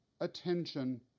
attention